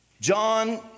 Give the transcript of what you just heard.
John